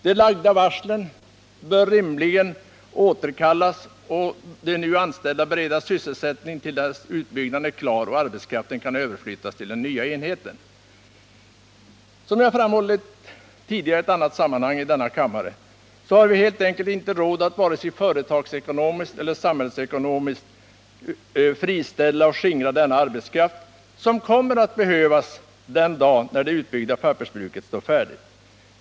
De lagda varslen bör rimligen återkallas och de nu anställda beredas sysselsättning till dess utbyggnaden är klar och arbetskraften kan överflyttas till den nya enheten. Som jag har framhållit tidigare i annat sammanhang i denna kammare har vi helt enkelt inte råd, varken från företagsekonomisk eller samhällsekonomisk synpunkt, att friställa och skingra denna arbetskraft som kommer att behövas den dag när det utbyggda pappersbruket står färdigt.